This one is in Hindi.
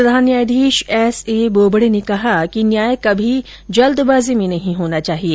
प्रधान न्यायाधीश एसए बोबडे ने कहा कि न्याय कभी जल्दबाजी में नहीं होना चाहिए